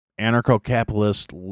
anarcho-capitalist